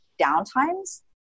downtimes